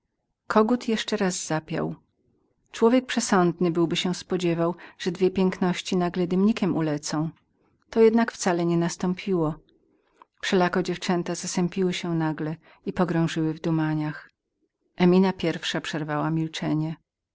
kogut jeszcze raz zapiał człowiek przesądny byłby spodziewał się że dwie piękności nagle dymnikiem ulecą to jednak wcale nie nastąpiło ale nieznajome zasępiły się nagle i pogrążyły w dumaniach emina pierwsza przerwała milczenie